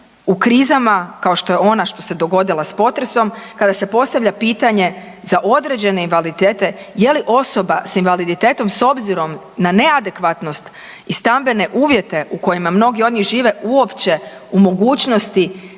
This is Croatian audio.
u krizama kao što je ona što se dogodila s potresom kada se postavlja pitanje za određene invaliditete je li osoba s invaliditetom s obzirom na neadekvatnost i stambene uvjete u kojima mnogi od njih žive uopće u mogućnosti